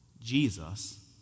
Jesus